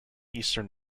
eastern